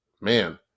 man